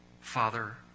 Father